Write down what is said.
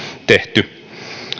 tehty